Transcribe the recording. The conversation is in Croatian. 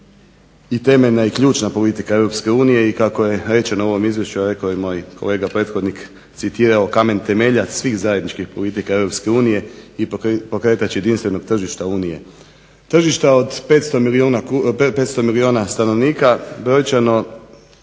i temeljna i ključna politika EU i kako je rečeno u ovom izvješću, a rekao je i moj kolega prethodnik i citirao kamen temeljac svih zajedničkih politika EU i pokretač jedinstvenog tržišta Unije. Tržišta od 500 milijuna stanovnika, brojčano